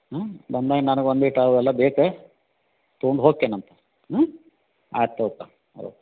ಹಾಂ ಬಂದಾಗ ನನಗೆ ಒಂದೀಟು ಅವೆಲ್ಲ ಬೇಕು ತಗೊಂಡು ಹೋಕ್ಕೇನಂತೆ ಹ್ಞೂ ಆತು ತಗೊಪ್ಪ ಓಕೆ